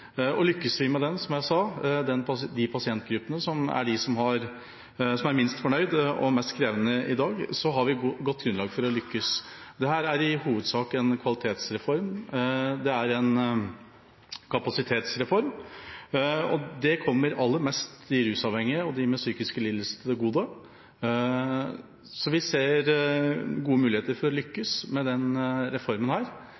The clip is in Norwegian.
Lykkes vi med de pasientgruppene – som i dag er de minst fornøyde og de mest krevende – har vi et godt grunnlag for å lykkes. Dette er i hovedsak en kvalitetsreform. Det er en kapasitetsreform. Det kommer aller mest de rusavhengige og dem med psykiske lidelser til gode. Vi ser gode muligheter for å lykkes med denne reformen.